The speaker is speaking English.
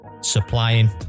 supplying